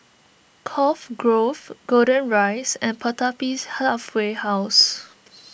Cove Grove Golden Rise and Pertapis Halfway House